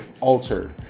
altered